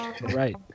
Right